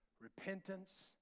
repentance